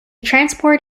transport